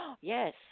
Yes